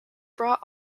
brought